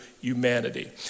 humanity